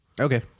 Okay